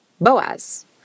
Boaz